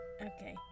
Okay